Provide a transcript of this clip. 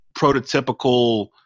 prototypical